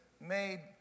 made